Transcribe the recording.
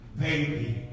baby